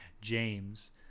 James